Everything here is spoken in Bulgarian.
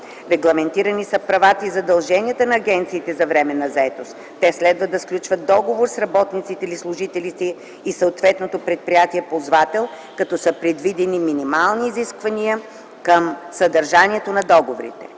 Регламентирани са права и задълженията на агенциите за временна заетост. Те следват да сключват договор с работниците или служителите и съответното предприятие–ползвател, като са предвидени и минимални изисквания към съдържанието на договорите.